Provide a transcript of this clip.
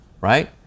right